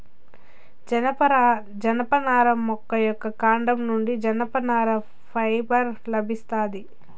జనపనార మొక్క కాండం నుండి జనపనార ఫైబర్ లభిస్తాది